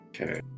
Okay